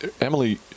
Emily